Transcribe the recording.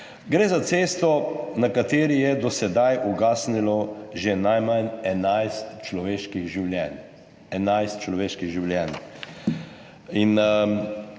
Gre za cesto, na kateri je do sedaj ugasnilo že najmanj 11 človeških življenj.